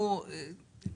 מציע